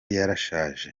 yarashaje